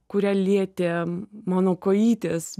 kurią lietė mano kojytės